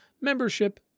membership